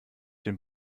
den